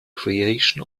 creation